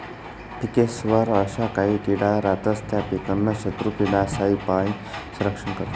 पिकेस्वर अशा काही किडा रातस त्या पीकनं शत्रुकीडासपाईन संरक्षण करतस